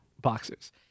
boxers